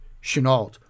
Chenault